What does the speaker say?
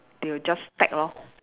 they will just stack lor